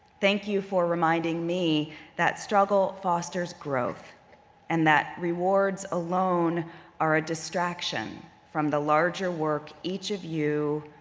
thank you for reminding me that struggle fosters growth and that rewards alone are a distraction from the larger work each of you,